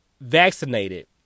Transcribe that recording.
vaccinated